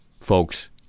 folks